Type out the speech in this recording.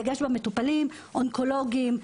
הדגש על מטופלים אונקולוגים,